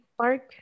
Park